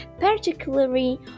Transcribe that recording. particularly